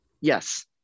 yes